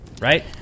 right